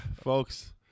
folks